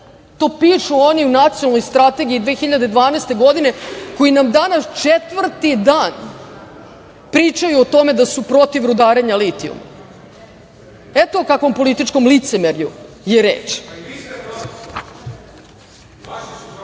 To pišu oni u Nacionalnoj strategiji 2012. godine, koji nam danas četvrti dan pričaju o tome da su protiv rudarenja litijuma. Eto o kakvom političkom licemerju je